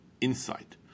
insight